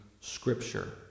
scripture